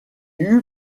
eut